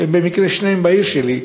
שהן במקרה שתיהן בעיר שלי,